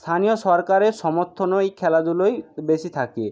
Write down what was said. স্থানীয় সরকারের সমর্থন ওই খেলাধুলোয় বেশি থাকে